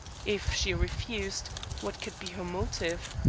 if she refused what could be her motive?